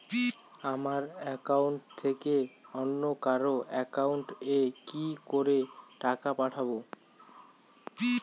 আমার একাউন্ট থেকে অন্য কারো একাউন্ট এ কি করে টাকা পাঠাবো?